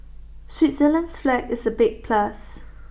Switzerland's flag is A big plus